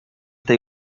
tej